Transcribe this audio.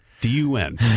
D-U-N